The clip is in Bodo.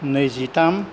नैजिथाम